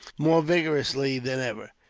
more vigorously than ever.